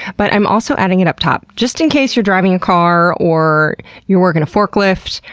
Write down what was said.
but i'm also adding it up top. just in case you're driving a car, or you're working a forklift,